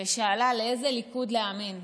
ושאלה לאיזה ליכוד להאמין,